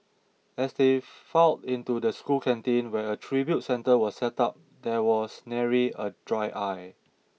as they filed into the school canteen where a tribute centre was set up there was nary a dry eye